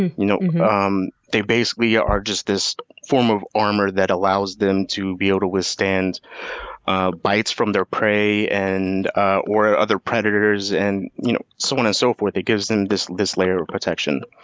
and know um they basically are just this form of armor that allows them to be able to withstand bites from their prey and ah or other predators, and you know so on and so forth. it gives them this this layer of protection.